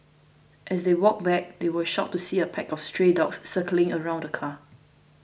as they walked back they were shocked to see a pack of stray dogs circling around the car